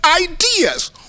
ideas